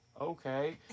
Okay